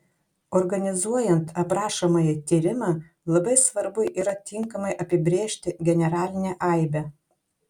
organizuojant aprašomąjį tyrimą labai svarbu yra tinkamai apibrėžti generalinę aibę